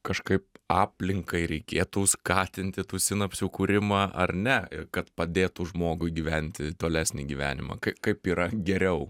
kažkaip aplinkai reikėtų skatinti tų sinapsių kūrimą ar ne kad padėtų žmogui gyventi tolesnį gyvenimą ka kaip yra geriau